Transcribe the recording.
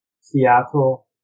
Seattle